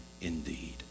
indeed